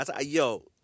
Yo